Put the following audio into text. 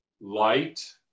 light